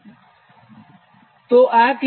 તો આ કિસ્સામાં 0